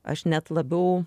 aš net labiau